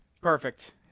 Perfect